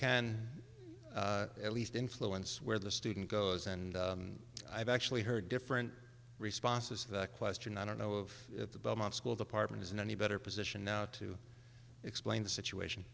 can at least influence where the student goes and i've actually heard different responses that question i don't know of the belmont school department is in any better position now to explain the situation